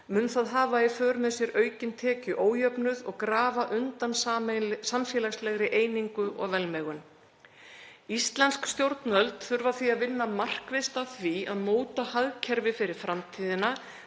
mun það hafa í för með sér aukinn tekjuójöfnuð og grafa undan samfélagslegri einingu og velmegun. Íslensk stjórnvöld þurfa því að vinna markvisst að því að móta hagkerfi fyrir framtíðina